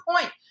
point